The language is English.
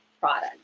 product